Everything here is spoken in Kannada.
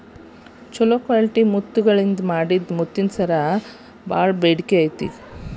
ಚೊಲೋ ಕ್ವಾಲಿಟಿ ಮುತ್ತಗಳಿಂದ ಮಾಡಿದ ಮುತ್ತಿನ ಸರಕ್ಕ ಬಾಳ ಬೇಡಿಕೆ ಐತಿ